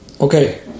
Okay